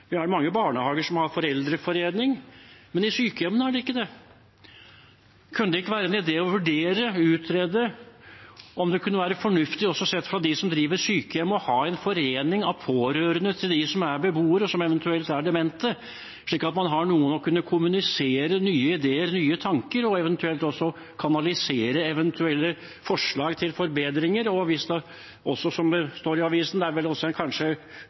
mange barnehager som har foreldreforening, men i sykehjemmene har man ikke det. Kunne det ikke være en idé å vurdere – utrede – om det kunne være fornuftig, også sett fra dem som driver sykehjemmene, å ha en forening av pårørende til dem som er beboere, og som eventuelt er demente, slik at man hadde noen å kunne kommunisere nye ideer, nye tanker med, også for å kanalisere eventuelle forslag til forbedringer? Og til det som det står om i avisen – der ville en kanskje